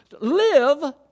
Live